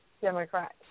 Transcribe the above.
Democrat